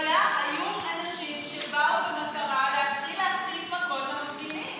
היו אנשים שבאו במטרה להתחיל להחטיף מכות למפגינים.